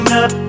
up